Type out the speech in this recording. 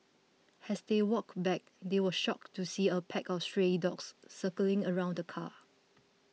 as they walked back they were shocked to see a pack of stray dogs circling around the car